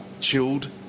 chilled